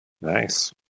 Nice